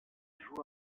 joue